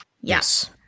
Yes